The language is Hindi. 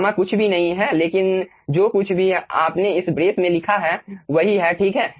गामा कुछ भी नहीं है लेकिन जो कुछ भी आपने इस ब्रेस में देखा है वही है ठीक है